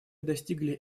достигли